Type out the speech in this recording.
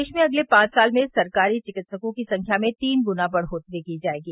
प्रदेश में अगले पांच साल में सरकारी चिकित्सकों की संख्या में तीन गुना बढ़ोत्तरी की जायेगी